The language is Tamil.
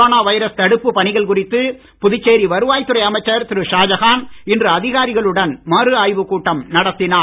கொரோனா வைரஸ் தடுப்பு பணிகள் குறித்து புதுச்சேரி வருவாய் துறை அமைச்சர் திரு ஷாஜகான் இன்று அதிகாரிகளுடன் மறு ஆய்வுக் கூட்டம் நடத்தினார்